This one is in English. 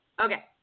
Okay